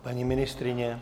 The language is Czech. Paní ministryně?